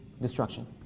destruction